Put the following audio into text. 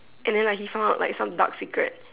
and then like he found out like some dark secrets